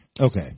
Okay